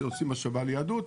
שעושים השבה ליהדות,